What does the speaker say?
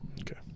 Okay